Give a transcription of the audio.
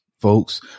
folks